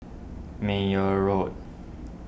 Meyer Road